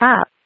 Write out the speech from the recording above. up